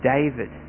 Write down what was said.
David